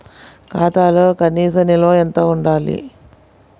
ఖాతాలో కనీస నిల్వ ఎంత ఉండాలి?